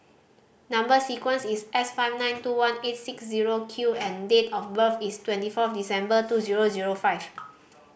number sequence is S five nine two one eight six zero Q and date of birth is twenty fourth December two zero zero five